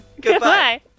Goodbye